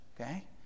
okay